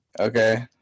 Okay